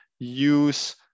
use